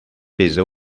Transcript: pesa